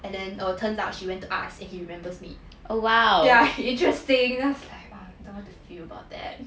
and then err turns out she went to ask if he remembers me ya interesting lah I don't want to feel about that